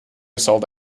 sold